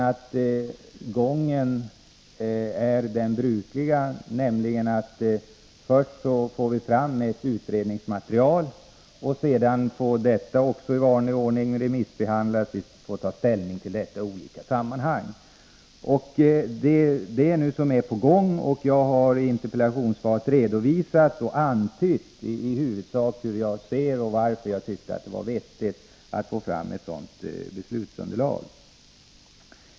Sedan vi fått fram ett utredningsmaterial får detta i vanlig ordning remissbehandlas, och vi får ta ställning till detta i olika sammanhang. Arbetet med att ta fram beslutsunderlaget pågår, och jag har redovisat i svaret hur jag i huvudsak ser på detta och varför jag anser det viktigt att vi får ett sådant underlag.